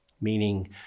meaning